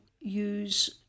use